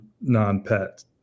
non-pet